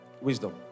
Wisdom